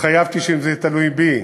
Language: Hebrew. התחייבתי שאם זה יהיה תלוי בי